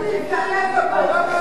הוא מדבר אל ציפי לבני,